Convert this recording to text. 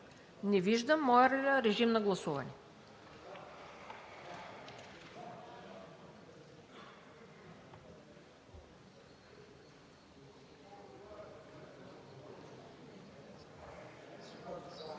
Не виждам. Моля, режим на гласуване.